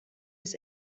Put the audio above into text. his